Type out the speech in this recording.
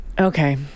Okay